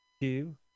two